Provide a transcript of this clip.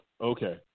Okay